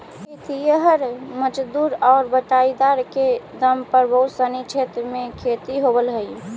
खेतिहर मजदूर आउ बटाईदार के दम पर बहुत सनी क्षेत्र में खेती होवऽ हइ